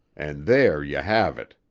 and there you have it.